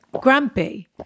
grumpy